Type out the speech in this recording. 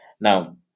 Now